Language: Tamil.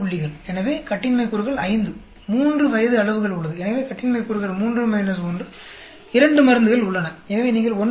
எனவே கட்டின்மை கூறுகள் 5 3 வயது அளவுகள் உள்ளது எனவே கட்டின்மை கூறுகள் 3 1 2 மருந்துகள் உள்ளன எனவே நீங்கள் 1 பெறுவீர்கள்